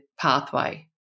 pathway